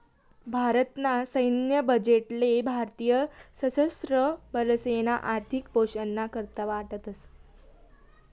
भारत ना सैन्य बजेट ले भारतीय सशस्त्र बलेसना आर्थिक पोषण ना करता वाटतस